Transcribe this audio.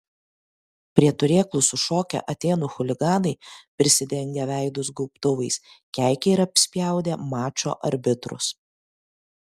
prie turėklų sušokę atėnų chuliganai prisidengę veidus gaubtuvais keikė ir apspjaudė mačo arbitrus